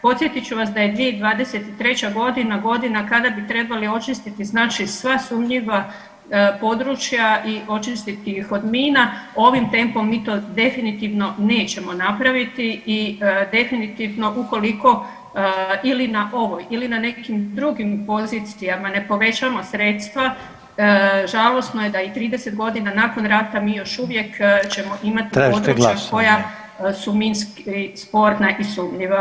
Podsjetit ću vas da je 2023. godina godina kada bi trebali očistiti znači sva sumnjiva područja i očistiti ih od mina, ovim tempom mi to definitivno nećemo napraviti i definitivno ukoliko ili na ovoj ili na nekim drugim pozicijama ne povećamo sredstva, žalosno je da i 30 godina nakon rata mi još uvijek ćemo imati područja [[Upadica Reiner: Tražite glasovanje?]] koja su minski sporna i sumnjiva.